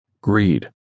Greed